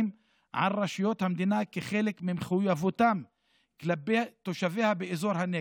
על רשויות המדינה כחלק ממחויבותן כלפי תושביה באזור הנגב.